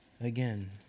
again